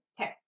Okay